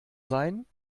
sein